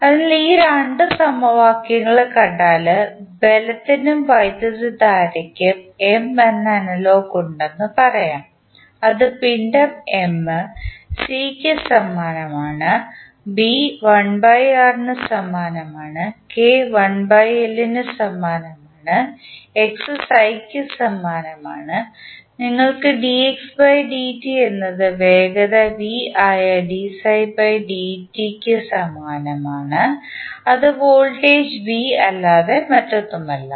അതിനാൽ ഈ രണ്ട് സമവാക്യങ്ങളും കണ്ടാൽ ബലത്തിനും വൈദ്യുതധാരയ്ക്കും എം എന്ന അനലോഗ് ഉണ്ടെന്ന് പറയാം അത് പിണ്ഡം C ക്ക് സമാനമാണ് B ന് സമാനമാണ് K ന് സമാനമാണ് x സമാനമാണ് നിങ്ങൾക്ക് എന്നത് വേഗത v ആയ ന് സമാനമാണ് അത് വോൾട്ടേജ് V അല്ലാതെ മറ്റൊന്നുമല്ല